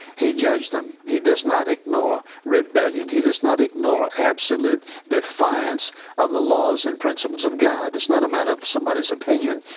he judged them. he does not ignore rebellion. he does not ignore absolute defiance of the laws and principles of god. it's not a matter of somebody's opinion.